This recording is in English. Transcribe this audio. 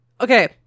okay